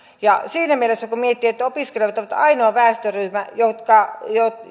siinä mielessä kun miettii että opiskelijat ovat ainoa väestöryhmä jonka